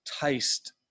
taste